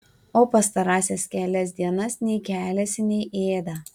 o pastarąsias kelias dienas nei keliasi nei ėda